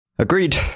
Agreed